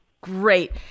Great